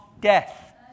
death